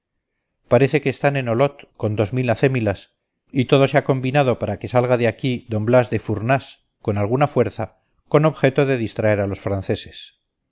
parece que están en olot con dos mil acémilas y todo se ha combinado para que salga de aquí d blas de fournás con alguna fuerza con objeto de distraer a los franceses